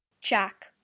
Jack